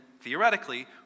theoretically